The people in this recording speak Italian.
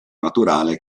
naturale